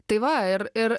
tai va ir ir